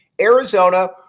Arizona